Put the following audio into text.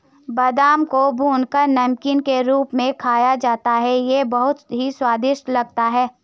बादाम को भूनकर नमकीन के रूप में खाया जाता है ये बहुत ही स्वादिष्ट लगते हैं